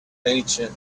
ancient